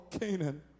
Canaan